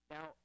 Now